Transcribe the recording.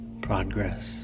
progress